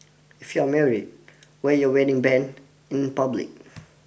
if you're married wear your wedding band in public